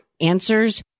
answers